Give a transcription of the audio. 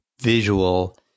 visual